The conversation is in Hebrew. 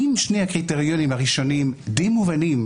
אם שני הקריטריונים הראשונים די מובנים,